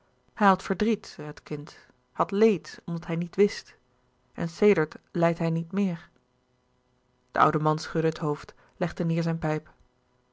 had verdriet het kind had leed omdat hij niet wist en sedert lijdt hij niet meer de oude man schudde het hoofd legde neêr zijn pijp